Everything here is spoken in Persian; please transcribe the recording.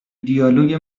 دیالوگ